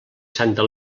santa